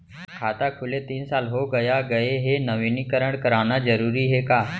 खाता खुले तीन साल हो गया गये हे नवीनीकरण कराना जरूरी हे का?